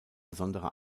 besondere